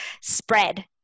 spread